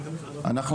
אבל להערכתי,